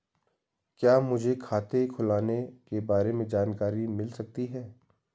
क्या मुझे खाते खोलने के बारे में जानकारी मिल सकती है?